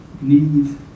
need